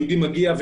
יהודי מגיע,